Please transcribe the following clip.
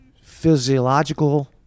physiological